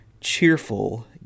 Cheerful